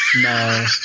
No